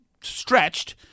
stretched